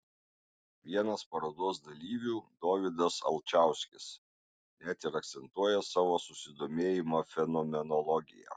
vienas parodos dalyvių dovydas alčauskis net ir akcentuoja savo susidomėjimą fenomenologija